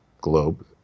globe